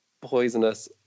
poisonous